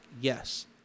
Yes